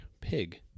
pig